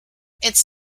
its